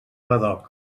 badoc